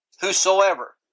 Whosoever